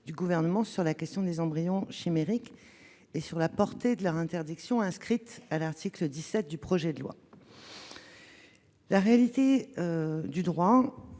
du Gouvernement sur la question des embryons chimériques et sur la portée de leur interdiction inscrite à l'article 17 du projet de loi. J'ai écouté